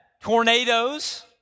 tornadoes